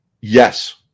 Yes